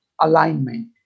alignment